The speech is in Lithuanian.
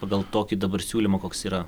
pagal tokį dabar siūlymą koks yra